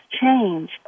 change